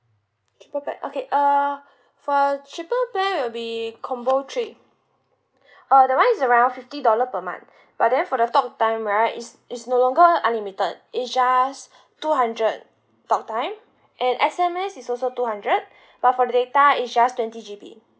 cheaper plan okay uh for cheaper plan will be combo three uh that one is around fifty dollar per month but then for the talk time right is is no longer unlimited it's just two hundred talk time and S_M_S is also two hundred but for the data is just twenty G_B